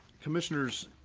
commissioners.